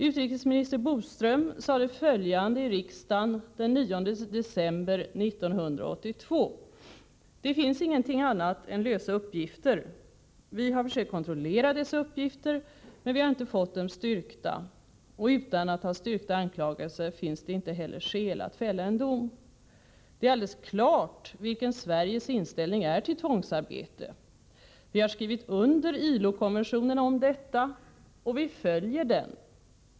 Utrikesminister Bodström sade följande i riksdagen den 9 december 1982: ”Det finns ingenting annat än lösa uppgifter. Vi har försökt kontrollera dessa uppgifter, men vi har inte fått dem styrkta. Och utan att ha styrkta anklagelser finns det heller inget skäl att fälla en dom. Det är alldeles klart vilken Sveriges inställning är till tvångsarbete. Vi har skrivit under ILO-konventionen om detta, och vi följer den.